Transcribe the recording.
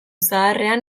zaharrean